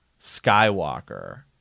Skywalker